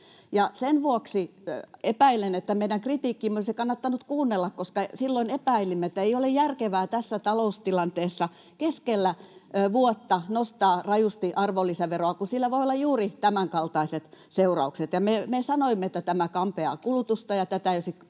Sen vuoksi epäilen, että meidän kritiikkiämme olisi kannattanut kuunnella, koska silloin epäilimme, että ei ole järkevää tässä taloustilanteessa keskellä vuotta nostaa rajusti arvonlisäveroa, kun sillä voi olla juuri tämänkaltaiset seuraukset. Me sanoimme, että tämä kampeaa kulutusta ja tätä ei olisi